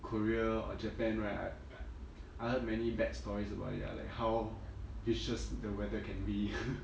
korea or japan right I heard many bad stories about it ah like how vicious the weather can be